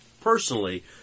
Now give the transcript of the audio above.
personally